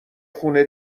خونه